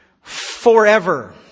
forever